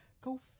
go